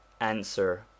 Answer